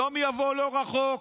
יום יבוא, לא רחוק,